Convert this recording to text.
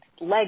leg